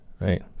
right